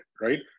right